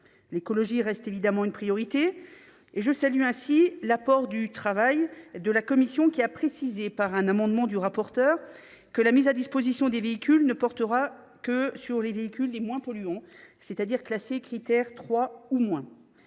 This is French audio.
L’écologie reste évidemment une priorité. Je salue le travail de la commission, qui a précisé, par un amendement du rapporteur, que la mise à disposition des véhicules ne portera que sur les véhicules les moins polluants, c’est à dire ceux qui sont classés Crit’Air 3 ou moins.